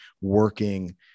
working